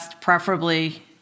preferably